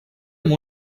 amb